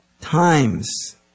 times